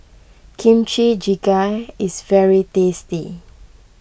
Kimchi Jjigae is very tasty